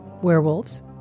Werewolves